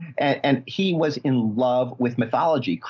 and he was in love with mythology.